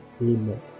Amen